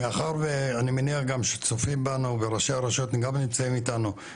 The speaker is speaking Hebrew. מאחר ואני מניח גם שצופים בנו וראשי הרשויות גם נמצאים איתנו,